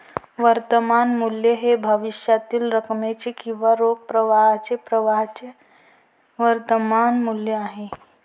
वर्तमान मूल्य हे भविष्यातील रकमेचे किंवा रोख प्रवाहाच्या प्रवाहाचे वर्तमान मूल्य आहे